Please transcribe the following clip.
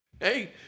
Hey